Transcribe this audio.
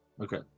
Okay